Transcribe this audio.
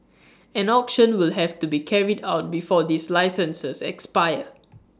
an auction will have to be carried out before these licenses expire